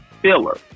filler